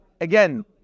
Again